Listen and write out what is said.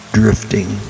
drifting